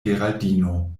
geraldino